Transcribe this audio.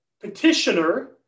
petitioner